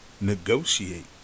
negotiate